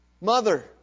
mother